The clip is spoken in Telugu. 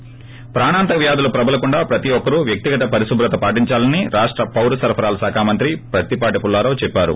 ి ప్రాణాంతక వ్యాధులు ప్రబలకుండా ప్రతి ఒక్కరు వ్యక్తిగత పరిశుభ్రత పాటించాలని రాష్ట పౌర సరఫరాల శాఖ మంత్రి ప్రత్తిపాటి పుల్లారావు చెప్పారు